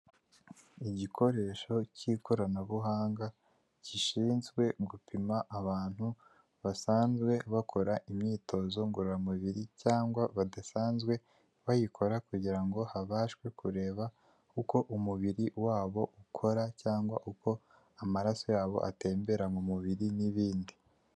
Igikoresho cy'ikoranabuhanga gishinzwe gupima abantu basanzwe bakora imyitozo ngororamubiri cyangwa badasanzwe bayikora, kugira ngo habashe kureba uko umubiri wabo ukora cyangwa uko amaraso yabo atembera mu mubiri n'ibindi.